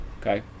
Okay